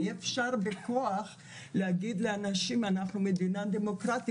אי אפשר בכוח להגיד לאנשים 'אנחנו מדינה דמוקרטית,